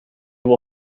will